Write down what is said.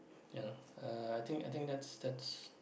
ya uh I think I think that's that's